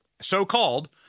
so-called